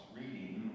reading